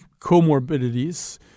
comorbidities